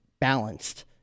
balanced